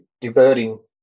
diverting